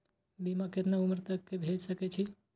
बीमा केतना उम्र तक के भे सके छै?